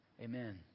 Amen